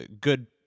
good